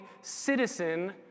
citizen